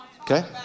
Okay